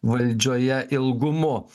valdžioje ilgumu